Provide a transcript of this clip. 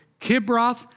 Kibroth